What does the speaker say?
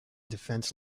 defense